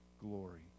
glory